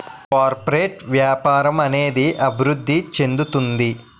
corporate వ్యాపారం అనేది అభివృద్ధి చెందుతుంది